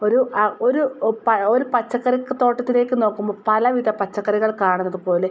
ഒരു ആ ഒരു ഒരു പച്ചക്കറിത്തോട്ടത്തിലേക്ക് നോക്കുമ്പോൾ പലവിധ പച്ചക്കറികൾ കാണുന്നതുപോലെ